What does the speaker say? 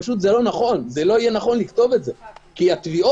זה לא יהיה נכון לכתוב את זה כי התביעות